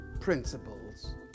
Principles